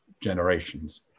generations